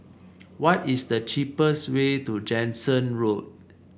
what is the cheapest way to Jansen Road